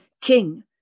king